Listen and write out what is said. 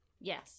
yes